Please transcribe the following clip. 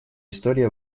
истории